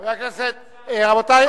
רבותי,